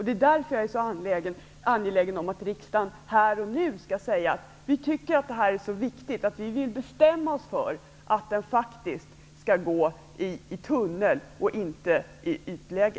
Det är därför jag är så angelägen om att riksdagen här och nu skall säga att man tycker att det här är så viktigt att vi vill bestämma oss för att spåret faktiskt skall gå i tunnel och inte i ytläge.